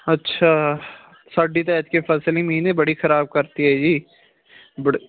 ਅੱਛਾ ਸਾਡੀ ਤਾਂ ਐਤਕੀ ਫਸਲ ਹੀ ਮੀਂਹ ਨੇ ਬੜੀ ਖਰਾਬ ਕਰਤੀ ਹੈ ਜੀ ਬੜਾ